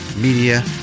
Media